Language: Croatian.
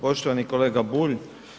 Poštovani kolega Bulj.